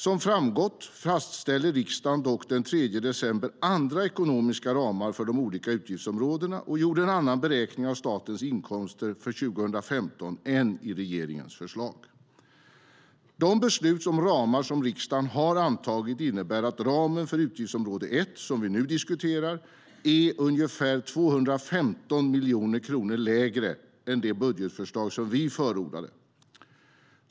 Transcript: Som framgått fastställde dock riksdagen den 3 december andra ekonomiska ramar för de olika utgiftsområdena och gjorde en annan beräkning av statens inkomster för 2015 än den i regeringens förslag.De beslut och ramar som riksdagen har antagit innebär att ramen för utgiftsområde 1, som vi nu diskuterar, är ungefär 215 miljoner kronor lägre än det budgetförslag som vi förordade.